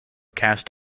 cast